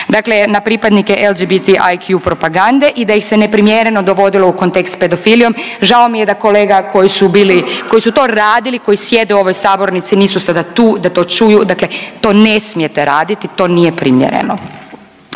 Dakle, na pripadnike LGBTIQ i da ih se neprimjereno dovodilo u kontekst s pedofilijom. Žao mi je da kolega koji su bili, koji su to radili, koji sjede u ovoj sabornici nisu sada tu da to čuju, dakle to ne smijete raditi to nije primjereno.